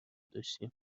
داشتیم